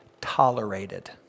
tolerated